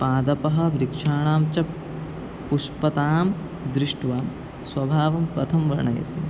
पादपः वृक्षाणां च पुष्पतां दृष्ट्वा स्वभावं कथं वर्णयसि